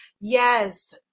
Yes